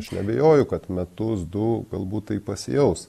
aš neabejoju kad metus du galbūt tai pasijaus